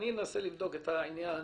אני אנסה לבדוק את העניין.